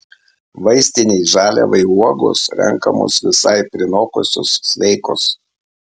vaistinei žaliavai uogos renkamos visai prinokusios sveikos